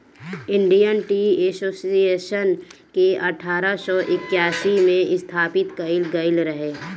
India Tea Association के अठारह सौ इक्यासी में स्थापित कईल गईल रहे